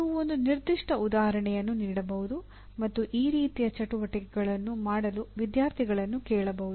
ನೀವು ಒಂದು ನಿರ್ದಿಷ್ಟ ಉದಾಹರಣೆಯನ್ನು ನೀಡಬಹುದು ಮತ್ತು ಈ ರೀತಿಯ ಚಟುವಟಿಕೆಗಳನ್ನು ಮಾಡಲು ವಿದ್ಯಾರ್ಥಿಗಳನ್ನು ಕೇಳಬಹುದು